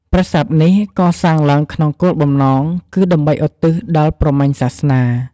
ប្រាសាទនេះកសាងឡើងក្នុងគោលបំណងគឺ ដើម្បីឧទ្ទិសដល់ព្រហ្មញ្ញសាសនា។